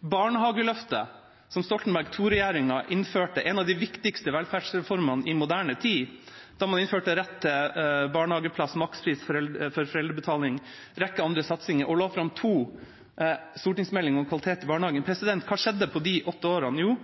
Barnehageløftet, som Stoltenberg II-regjeringa innførte, er en av de viktigste velferdsreformene i moderne tid. Da innførte man rett til barnehageplass med makspris for foreldrebetaling og en rekke andre satsinger og la fram to stortingsmeldinger om kvalitet i barnehagen. Hva skjedde på de åtte årene?